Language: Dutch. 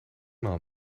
maal